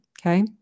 okay